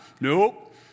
nope